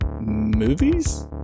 Movies